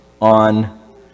on